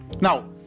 Now